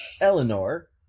Eleanor